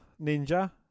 Ninja